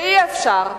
ואי-אפשר,